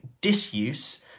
disuse